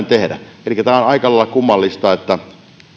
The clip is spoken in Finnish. tehdä elikkä tämä on aika lailla kummallista ja